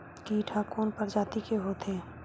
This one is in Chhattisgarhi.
कीट ह कोन प्रजाति के होथे?